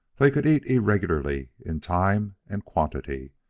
they could eat irregularly in time and quantity,